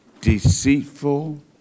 deceitful